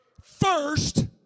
first